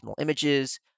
images